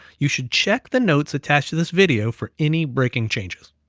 you should check the notes attached to this video for any breaking changes,